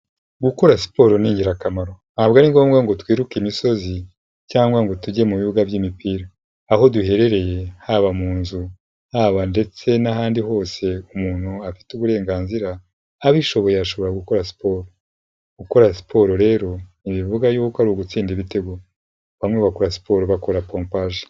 Gukora siporo ni ingirakamaro, ntabwo ari ngombwa ngo twiruke imisozi cyangwa ngo tujye mu bibuga by'imipira, aho duherereye haba mu nzu haba ndetse n'ahandi hose umuntu afite uburenganzira abishoboye ashobora gukora siporo, gukora siporo rero ntibivuga yuko ari ugutsinda ibitego bamwe bakora siporo bakora pompaje.